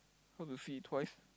how to see it twice